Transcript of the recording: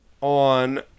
on